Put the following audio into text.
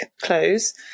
close